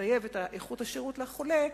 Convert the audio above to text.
לטייב את איכות השירות לחולה,